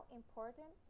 important